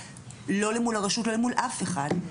לא למול הרשות ולא למול אף אחד,